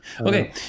okay